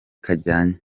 kajyanye